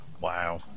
Wow